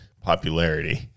popularity